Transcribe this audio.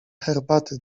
herbaty